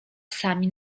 psami